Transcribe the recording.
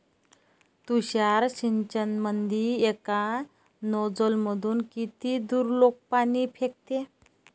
तुषार सिंचनमंदी एका नोजल मधून किती दुरलोक पाणी फेकते?